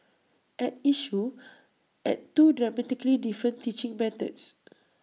at issue are two dramatically different teaching methods